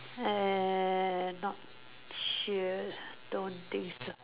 uh not sure don't think so